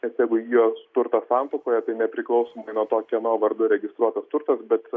nes jeigu įgijo turtą santuokoje nepriklausomai nuo to kieno vardu registruotas turtas bet